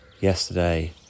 ..yesterday